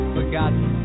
Forgotten